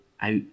out